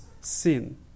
sin